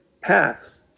paths